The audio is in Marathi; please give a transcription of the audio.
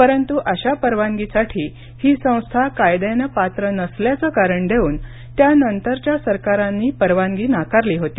परंतु अशा परवानगीसाठी ही संस्था कायद्याने पात्र नसल्याचं कारण देऊन त्यानंतरच्या सरकारांनी अशी परवानगी नाकारली होती